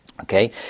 Okay